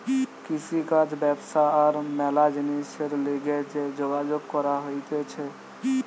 কৃষিকাজ ব্যবসা আর ম্যালা জিনিসের লিগে যে যোগাযোগ করা হতিছে